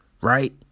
right